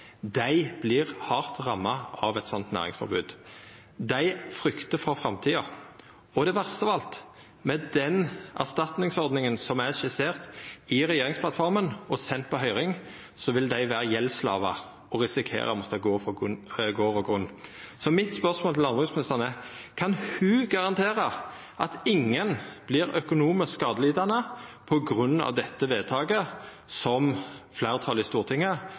Dei vert hardt ramma av eit sånt næringsforbod. Dei fryktar for framtida. Og det verste av alt: Med den erstatningsordninga som er skissert i regjeringsplattforma, og som er send på høyring, vil dei verta gjeldsslavar og risikera å måtta gå frå gard og grunn. Så spørsmålet mitt til landbruksministeren er: Kan ho garantera at ingen vert økonomisk skadelidande på grunn av dette vedtaket som det ligg an til at fleirtalet i Stortinget